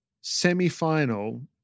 semi-final